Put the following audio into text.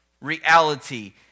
reality